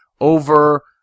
over